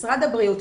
משרד הבריאות,